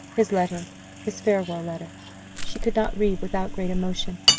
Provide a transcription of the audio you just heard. his letter his farewell letter she could not read without great emotion.